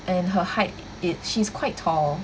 and her height is she's quite tall